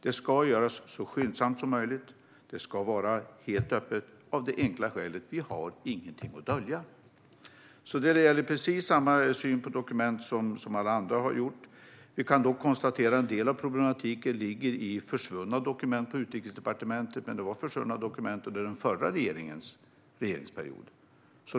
Handläggningen ska ske så skyndsamt som möjligt. Det ska vara helt öppet av det enkla skälet att vi inte har någonting att dölja. Vi har precis samma syn på dokument som alla andra har. Vi kan dock konstatera att en del av problematiken ligger i försvunna dokument på Utrikesdepartement, men dessa dokument var försvunna under den förra regeringens period.